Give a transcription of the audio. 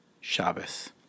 Shabbos